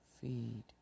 feed